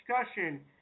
discussion